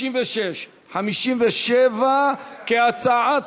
56 ו-57 כהצעת,